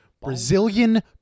Brazilian